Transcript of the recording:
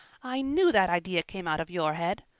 i knew that idea came out of your head.